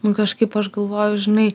nu kažkaip aš galvoju žinai